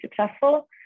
successful